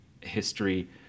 history